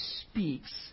speaks